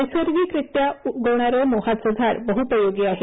नैसर्गिकरित्या उगवणारं माहाचं झाड बहुपयोगी आहे